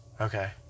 okay